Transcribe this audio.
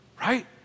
right